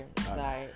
Sorry